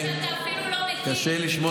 אפשר לשמוע